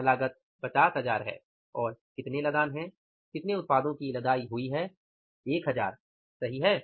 यह लागत 50000 रु है और कितने लदान हैं कितने उत्पादों की लदाई हुई है 1000 सही है